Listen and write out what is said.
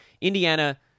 Indiana